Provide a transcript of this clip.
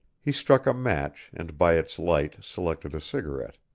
he struck a match, and by its light selected a cigarette.